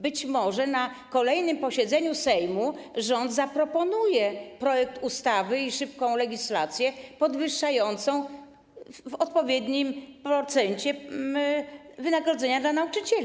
Być może na kolejnym posiedzeniu Sejmu rząd zaproponuje projekt ustawy i szybką legislację podwyższającą w odpowiednim procencie wynagrodzenia dla nauczycieli.